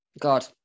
God